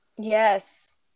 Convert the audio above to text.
Yes